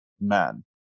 man